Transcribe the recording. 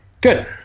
Good